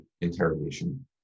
interrogation